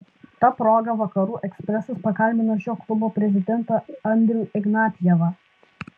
ta proga vakarų ekspresas pakalbino šio klubo prezidentą andrių ignatjevą